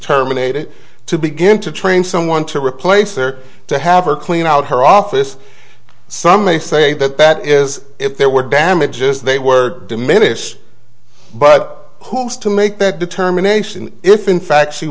terminated to begin to train someone to replace or to have or clean out her office some may say that that is if there were damages they were diminish but who's to make that determination if in fact she